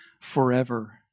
forever